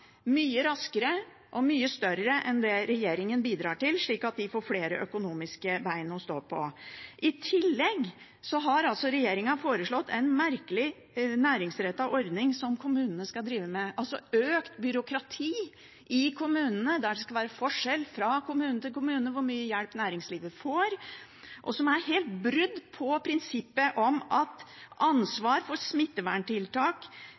mye raskere og mye større enn det regjeringen bidrar til, slik at de får flere økonomiske ben å stå på. I tillegg har regjeringen foreslått en merkelig, næringsrettet ordning som kommunene skal drive med, altså økt byråkrati i kommunene, der det skal være forskjell fra kommune til kommune i hvor mye hjelp næringslivet får. Dette er et brudd på prinsippet om at